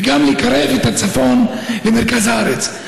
וגם לקרב את הצפון למרכז הארץ.